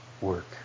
work